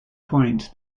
point